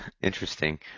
Interesting